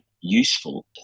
useful